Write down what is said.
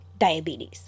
diabetes